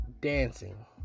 dancing